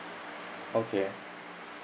okay